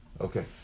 Okay